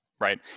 Right